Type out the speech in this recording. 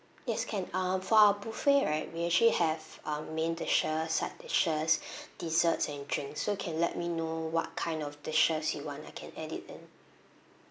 yes can um for our buffet right we actually have um main dishes side dishes desserts and drinks so can let me know what kind of dishes you want I can add it in